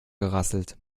gerasselt